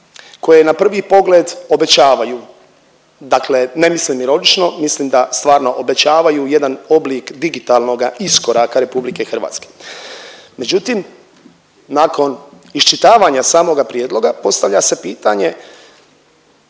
koje na prvi pogled obećavaju. Dakle, ne mislim ironično, mislim da stvarno obećavaju jedan oblik digitalnoga iskoraka Republike Hrvatske. Međutim, nakon iščitavanja samoga prijedloga postavlja se pitanje